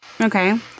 Okay